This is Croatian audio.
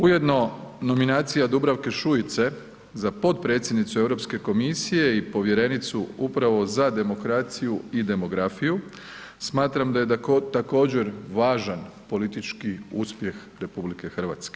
Ujedno nominacija Dubravke Šuice za potpredsjednicu Europske komisije i povjerenicu upravo za demokraciju i demografiju smatram da je također važan politički uspjeh RH.